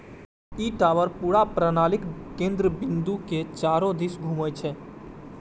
ई tower पूरा प्रणालीक केंद्र बिंदु के चारू दिस घूमै छै